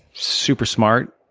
super smart.